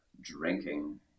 drinking